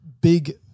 big